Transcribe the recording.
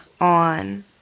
on